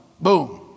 boom